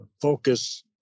focus